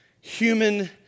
human